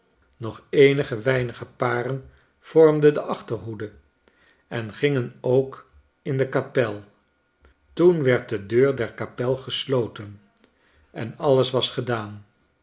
nog eenige weinige paren vormden de achterhoede en gingen ook in de kapel toen werd de deur der kapel gesloten en alles was gedaan